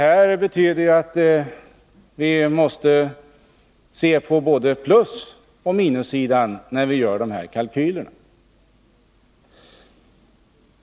Vi måste alltså se på både plusoch minussidan när vi gör de här kalkylerna.